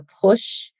push